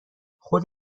خودت